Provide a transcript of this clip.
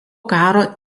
karo